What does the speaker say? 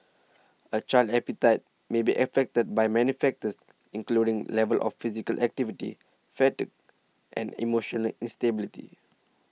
a child's appetite may be affected by many factors including level of physical activity fatigue and emotional instability